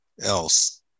else